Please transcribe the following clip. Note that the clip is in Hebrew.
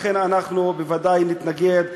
לכן, אנחנו בוודאי נתנגד.